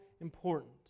Important